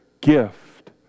gift